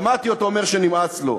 שמעתי אותו אומר שנמאס לו.